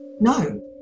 No